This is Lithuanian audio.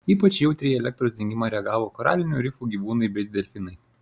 ypač jautriai į elektros dingimą reagavo koralinių rifų gyvūnai bei delfinai